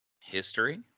history